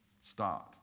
start